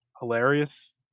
hilarious